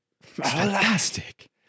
Fantastic